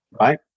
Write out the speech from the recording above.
right